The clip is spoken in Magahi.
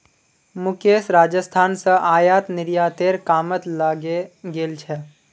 मुकेश राजस्थान स आयात निर्यातेर कामत लगे गेल छ